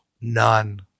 none